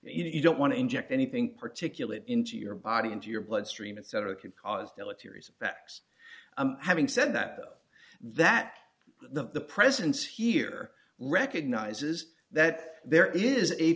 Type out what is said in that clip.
you don't want to inject anything particulate into your body into your bloodstream and several can cause deleterious effects having said that that the presence here recognizes that there is a